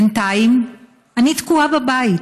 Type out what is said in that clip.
בינתיים אני תקועה בבית,